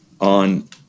On